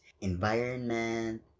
environment